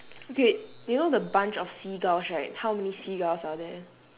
okay you know the bunch of seagulls right how many seagulls are there